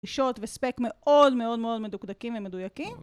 שורט וספק מאוד מאוד מאוד מדוקדקים ומדויקים.